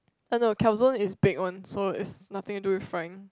oh no calzones is bake one so it's nothing to do with frying